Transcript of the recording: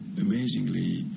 amazingly